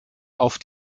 auf